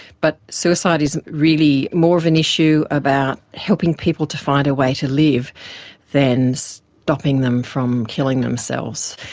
but suicide is really more of an issue about helping people to find a way to live than stopping them from killing themselves.